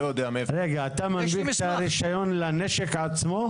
אתה מנפיק את הרישיון לנשק עצמו?